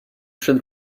should